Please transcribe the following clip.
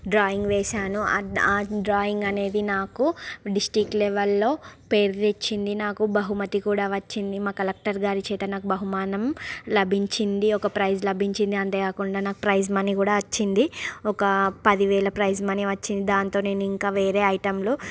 drawing వేసాను ఆ ఆ డ్రాయింగ్ అనేది నాకు డిస్ట్రిక్ట్ లెవెల్ల్లో పేరు తెచ్చింది నాకు బహుమతి కూడా వచ్చింది మా కలెక్టరుగారి చేత నాకు బహుమానం లభించింది ఒక ప్రైజ్ లభించింది అంతేకాకుండా నాకు ప్రైజ్ మనీ కూడా వచ్చింది ఒక పదివేల ప్రైజ్ మనీ వచ్చింది దానితో నేనింకా వేరే ఐటమ్లు